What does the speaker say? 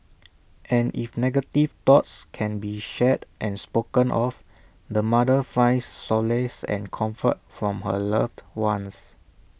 and if negative thoughts can be shared and spoken of the mother finds solace and comfort from her loved ones